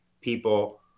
people